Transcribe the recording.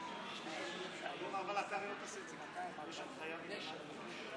עברה בקריאה ראשונה והיא תועבר לדיון